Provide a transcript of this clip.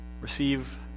receive